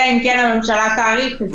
אלא אם כן הממשלה תאריך את זה.